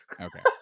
Okay